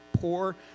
poor